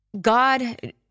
God